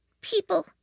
People